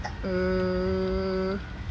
um